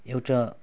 एउटा